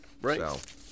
Right